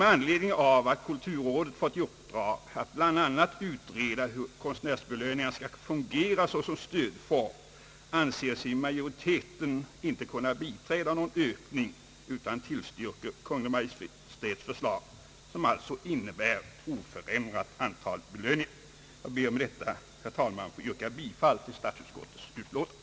Med anledning av att kulturrådet fått i uppdrag att utreda hur konstnärsbelöningarna fungerar som stödform anser sig majoriteten i utskottet inte kunna biträda förslaget om en ökning utan tillstyrker Kungl. Maj:ts förslag om oförändrat antal belöningar. Jag ber, herr talman, att få yrka bifall till statsutskottets hemställan.